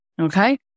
okay